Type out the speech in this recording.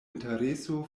intereso